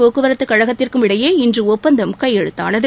போக்குவரத்து கழகத்திற்கும் இடையே இன்று ஒப்பந்தம் கையெழுத்தானது